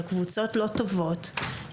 על קבוצות לא טובות,